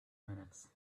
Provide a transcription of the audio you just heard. minutes